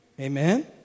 Amen